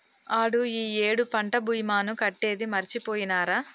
ఆడు ఈ ఏడు పంట భీమాని కట్టేది మరిచిపోయినారా